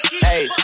Hey